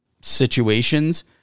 situations